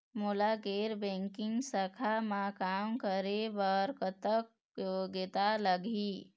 मोला गैर बैंकिंग शाखा मा काम करे बर कतक योग्यता लगही?